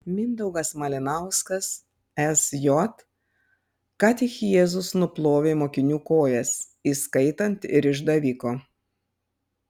mindaugas malinauskas sj ką tik jėzus nuplovė mokinių kojas įskaitant ir išdaviko